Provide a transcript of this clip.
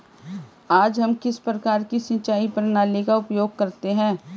आज हम किस प्रकार की सिंचाई प्रणाली का उपयोग करते हैं?